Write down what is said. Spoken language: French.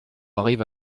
arrive